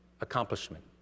accomplishment